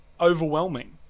overwhelming